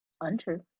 untrue